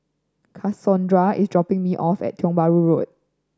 Cassondra is dropping me off at Tiong Bahru Road